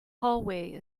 hallway